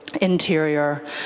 interior